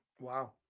Wow